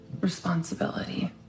Responsibility